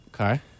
Okay